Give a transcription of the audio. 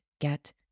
get